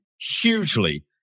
hugely